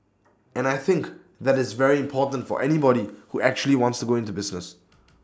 and I think that is very important for anybody who actually wants to go into business